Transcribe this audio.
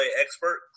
expert